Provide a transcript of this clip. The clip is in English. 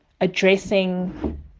addressing